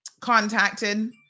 contacted